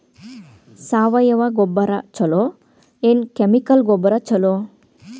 ಸಾವಯವ ಗೊಬ್ಬರ ಛಲೋ ಏನ್ ಕೆಮಿಕಲ್ ಗೊಬ್ಬರ ಛಲೋ?